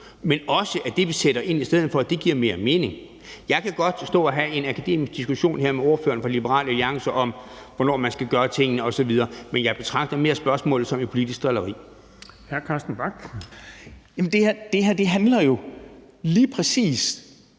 men også, at det, vi sætter i stedet for, giver mere mening. Jeg kan godt stå her og have en akademisk diskussion med ordføreren for Liberal Alliance om, hvornår man skal gøre tingene osv., men jeg betragter mere spørgsmålet som et politisk drilleri. Kl. 10:24 Den fg. formand